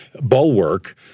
bulwark